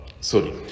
sorry